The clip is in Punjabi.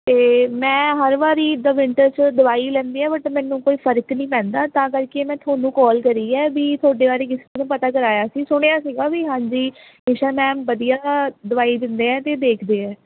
ਅਤੇ ਮੈਂ ਹਰ ਵਾਰੀ ਜਿੱਦਾਂ ਵਿੰਟਰਸ 'ਚ ਦਵਾਈ ਲੈਂਦੀ ਆ ਬਟ ਮੈਨੂੰ ਕੋਈ ਫਰਕ ਨਹੀਂ ਪੈਂਦਾ ਤਾਂ ਕਰਕੇ ਮੈਂ ਤੁਹਾਨੂੰ ਕੋਲ ਕਰੀ ਹੈ ਵੀ ਤੁਹਾਡੇ ਬਾਰੇ ਕਿਸੇ ਨੂੰ ਪਤਾ ਕਰਾਇਆ ਸੀ ਸੁਣਿਆ ਸੀਗਾ ਵੀ ਹਾਂਜੀ ਨੀਸ਼ਾ ਮੈਮ ਵਧੀਆ ਦਵਾਈ ਦਿੰਦੇ ਆ ਅਤੇ ਦੇਖਦੇ ਹੈ ਹਾਂਜੀ